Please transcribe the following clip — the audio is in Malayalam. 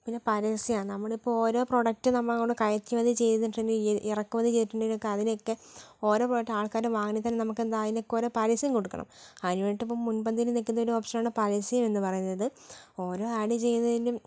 പിന്നെ പരസ്യം നമ്മളിപ്പോൾ ഓരോ പ്രോഡക്റ്റ് നമ്മളെ കൊണ്ട് കയറ്റുമതി ചെയ്തിട്ടുണ്ട് ഇറക്കുമതി ചെയ്തിട്ടുണ്ടേലും ഒക്കെ അതിനൊക്കെ ഓരോ പ്രോഡക്റ്റ് ആൾക്കാർ വാങ്ങിയാൽ തന്നെ നമ്മക്കെന്താ അതിനൊക്കെ ഓരോ പരസ്യം കൊടുക്കണം അതിന് വേണ്ടീട്ട് ഇപ്പം മുൻപന്തിയിൽ നിൽക്കുന്നൊരു ഓപ്ഷനാണ് പരസ്യം എന്ന് പറയുന്നത് ഓരോ ആഡ് ചെയ്തതിലും